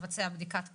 מבצע בדיקת PCR,